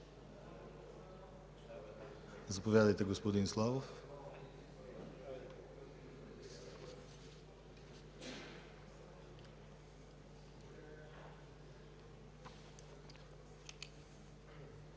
Заповядайте, господин Славов.